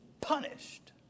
punished